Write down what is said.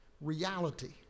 reality